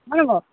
হয়নে বাৰু